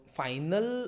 final